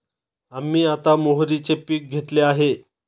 आम्ही आता मोहरीचे पीक घेतले आहे